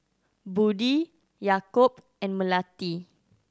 Budi Yaakob and Melati